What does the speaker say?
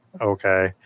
okay